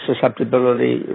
susceptibility